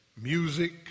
music